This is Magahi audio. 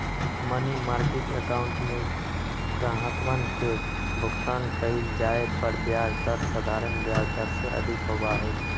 मनी मार्किट अकाउंट में ग्राहकवन के भुगतान कइल जाये पर ब्याज दर साधारण ब्याज दर से अधिक होबा हई